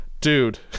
dude